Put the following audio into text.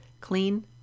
clean